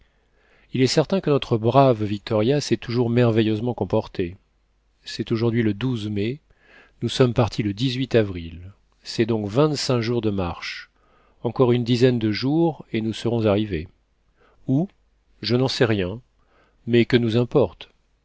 il est certain que notre brave victoria s'est toujours merveilleusement comporté c'est aujourd'hui le mai nous sommes partis le avril c'est donc vingt-cinq jours de marche encore une dizaine de jours et nous serons arrivés où je n'en sais rien mais que nous importe